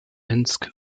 minsk